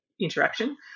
interaction